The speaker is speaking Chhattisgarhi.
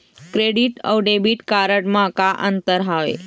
क्रेडिट अऊ डेबिट कारड म का अंतर हावे?